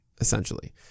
essentially